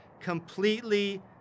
completely